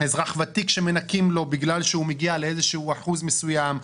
אזרח ותיק שמנכים לו בגלל שהוא מגיע לאיזה שהוא אחוז מסוים,